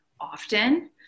often